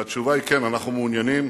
והתשובה היא כן, אנחנו מעוניינים,